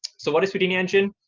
so what is houdini engine?